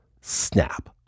snap